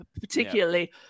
Particularly